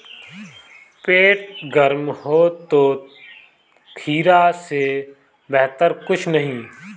पेट गर्म हो तो खीरा से बेहतर कुछ नहीं